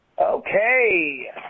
Okay